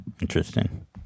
Interesting